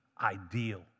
ideal